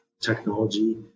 technology